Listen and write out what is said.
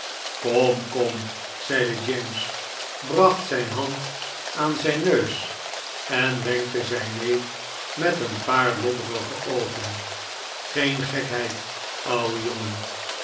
kom kom zeide james bracht zijn hand aan zijn neus en wenkte zijn neef met een paar lodderige oogen geen gekheid ouwe jongen